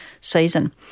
season